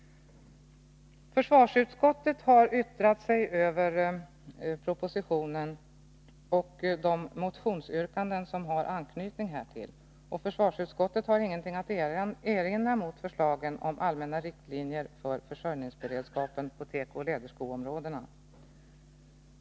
Försvarsutskottet har yttrat sig över propositionen och de motionsyrkanden som har anknytning härtill och har inget att erinra mot förslagen om allmänna riktlinjer för försörjningsberedskapen på tekooch läderskoområdena.